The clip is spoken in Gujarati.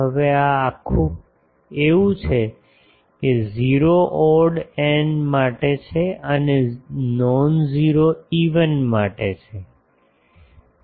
હવે આ આખું એવું છે 0 ઓડ n માટે છે અને નોન ઝેરો ઇવન એમ માટે